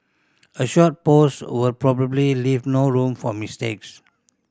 a short post will probably leave no room for mistakes